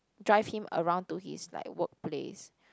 drive him around to his like workplace